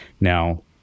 Now